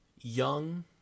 young